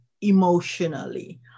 emotionally